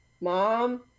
mom